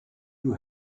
you